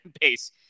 base